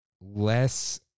less